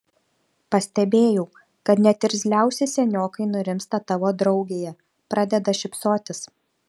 pastebėjau kad net irzliausi seniokai nurimsta tavo draugėje pradeda šypsotis